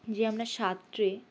যে আমরা সাঁতরে